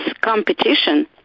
competition